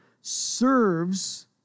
serves